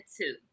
two